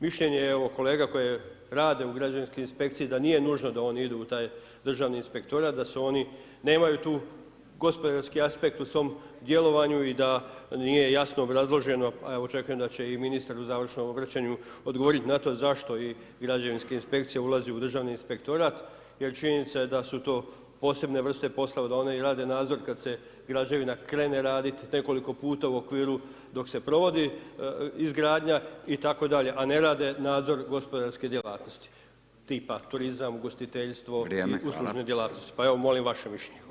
Mišljenje je evo kolega koje rade u Građevinskoj inspekciji da nije nužno da oni idu u taj Državni inspektorat, da oni nemaju tu gospodarski aspekt u svom djelovanju i da nije jasno obrazloženo a evo očekujem da će i ministar u završnom obraćanju odgovoriti na to zašto i građevinska inspekcija ulazi u Državni inspektorat jer činjenica je da su to posebne vrste poslova da one i rade nadzor kad se građevina krene raditi i nekoliko puta u okviru dok se provodi izgradnja itd., a ne rade nadzor gospodarske djelatnosti, tipa turizam, ugostiteljstvo i uslužne djelatnosti pa evo molim vaše mišljenje [[Upadica Radin: Vrijeme, hvala.]] Hvala.